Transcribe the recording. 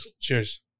Cheers